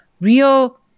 real